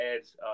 adds